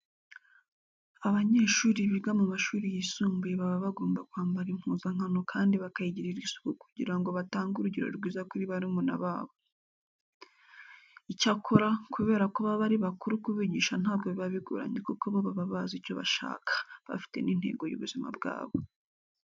Abanyeshuri biga mu mashuri yisumbuye baba bagomba kwambara impuzankano kandi bakayigirira isuku kugira ngo batange urugero rwiza kuri barumuna babo. Icyakora, kubera ko baba ari bakuru kubigisha ntabwo biba bigoranye kuko bo baba bazi icyo bashaka, bafite n'intego y'ubuzima bwabo.